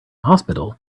hospital